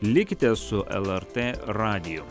likite su lrt radijo